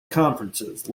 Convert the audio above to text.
conferences